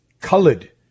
colored